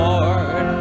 Lord